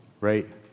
right